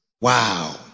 Wow